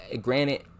granted